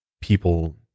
people